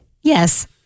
Yes